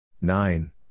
Nine